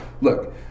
look